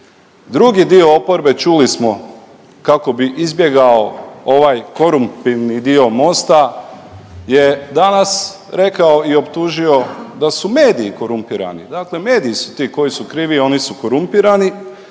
Drugi dio oporbe čuli smo kako bi izbjegao ovaj korumptivni dio Mosta je danas rekao i optužio da su mediji korumpirani. Dakle, mediji su ti koji su krivi, oni su korumpirani.